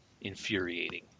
infuriating